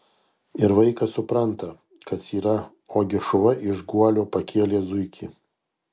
ir vaikas supranta kas yra ogi šuva iš guolio pakėlė zuikį